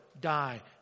die